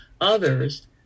others